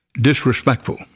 Disrespectful